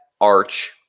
Arch